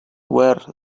were